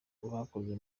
bakoze